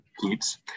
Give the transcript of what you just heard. keeps